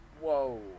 Whoa